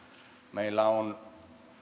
meillä on